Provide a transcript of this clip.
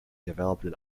developed